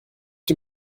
dem